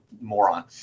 moron